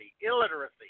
illiteracy